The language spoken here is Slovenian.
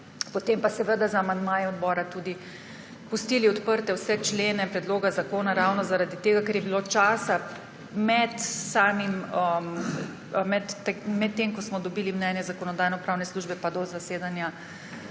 potem pa z amandmaji odbora tudi pustili odprte vse člene predloga zakona ravno zaradi tega, ker je bilo časa med tem, ko smo dobili mnenje Zakonodajno-pravne službe, pa do zasedanja